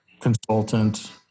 consultant